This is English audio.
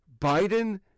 Biden